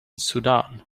sudan